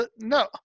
No